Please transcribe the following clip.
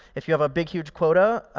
if you have a big huge quota,